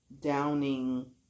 downing